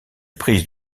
prise